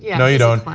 yeah no you don't.